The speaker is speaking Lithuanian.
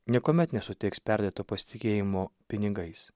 niekuomet nesuteiks perdėto pasitikėjimo pinigais